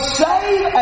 save